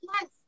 Yes